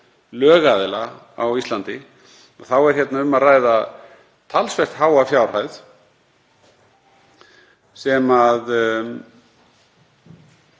lögaðila á Íslandi þá er hér um að ræða talsvert háa fjárhæð sem